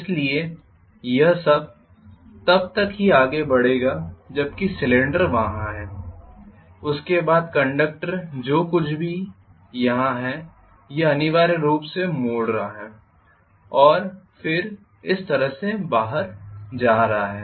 इसलिए यह तब तक ही आगे बढ़ेगा जब तक कि सिलेंडर वहाँ है उसके बाद कंडक्टर जो कुछ भी यहाँ है यह हिस्सा अनिवार्य रूप से मोड़ रहा है और फिर इस तरह से बाहर आ रहा है